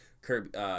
Kirby